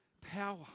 power